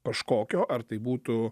kažkokio ar tai būtų